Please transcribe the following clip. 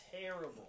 terrible